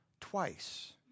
twice